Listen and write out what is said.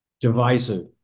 Divisive